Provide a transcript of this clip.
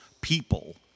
people